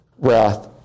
wrath